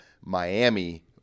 Miami